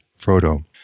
Frodo